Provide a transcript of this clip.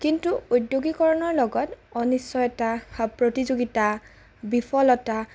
কিন্তু উদ্যোগীকৰণৰ লগত অনিশ্চয়তা প্ৰতিযোগিতা বিফলতা